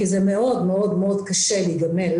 כי זה מאוד מאוד מאוד קשה להיגמל,